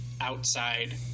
outside